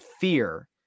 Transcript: fear